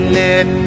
let